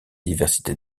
diversité